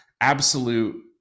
absolute